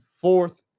fourth